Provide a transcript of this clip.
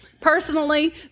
Personally